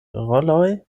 roloj